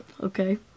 Okay